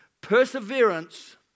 Perseverance